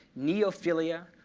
neophilia,